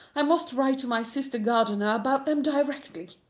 i must write to my sister gardiner about them directly.